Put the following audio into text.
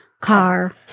car